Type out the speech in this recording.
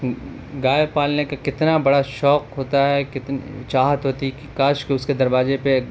گائے پالنے کا کتنا بڑا شوق ہوتا ہے چاہت ہوتی ہے کہ کاش کہ اس کے دروازے پہ ایک